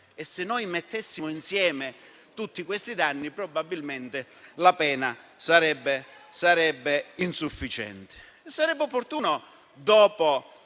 e se noi mettessimo insieme tutti questi danni probabilmente la pena sarebbe insufficiente.